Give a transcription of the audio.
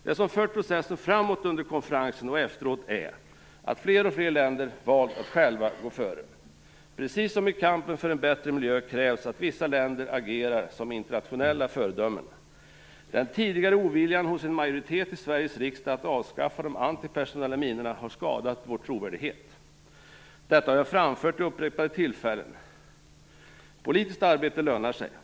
Det som fört processen framåt under konferensen och efteråt är att fler och fler länder valt att själva gå före. Precis som i kampen för en bättre miljö krävs att vissa länder agerar som internationella föredömen. Den tidigare oviljan hos en majoritet i Sveriges riksdag att avskaffa de antipersonella minorna har skadat vår trovärdighet. Detta har jag framfört vid upprepade tillfällen. Politiskt arbete lönar sig.